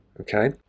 Okay